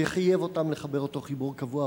וחייב אותם לחבר אותו חיבור קבוע,